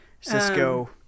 cisco